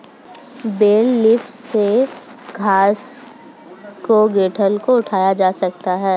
bell lifter से घास के गट्ठल को उठाया जा सकता है